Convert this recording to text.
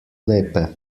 lepe